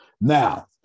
Now